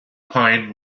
pine